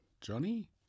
Johnny